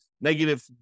negative